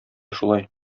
шулай